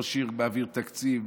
ראש עיר מעביר תקציב,